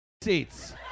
seats